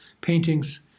paintings